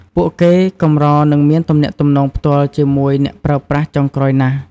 ពួកគេកម្រនឹងមានទំនាក់ទំនងផ្ទាល់ជាមួយអ្នកប្រើប្រាស់ចុងក្រោយណាស់។